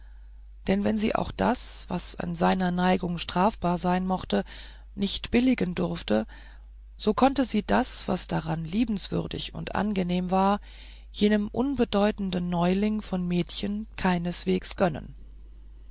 denn wenn sie auch das was an dieser neigung strafbar sein mochte nicht billigen durfte so konnte sie das was daran liebenswürdig und angenehm war jenem unbedeutenden neuling von mädchen keineswegs gönnen